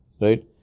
right